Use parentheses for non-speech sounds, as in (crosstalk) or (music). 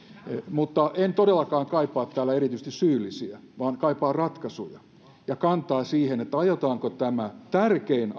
mutta en todellakaan kaipaa täällä erityisesti syyllisiä vaan kaipaan ratkaisuja ja kantaa siihen aiotaanko tämä tärkein (unintelligible)